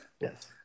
Yes